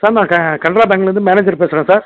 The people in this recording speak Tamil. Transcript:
சார் நான் க கனரா பேங்க்லேருந்து மேனேஜர் பேசுகிறேன் சார்